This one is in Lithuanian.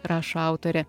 rašo autorė